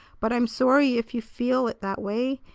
but i'm sorry if you feel it that way,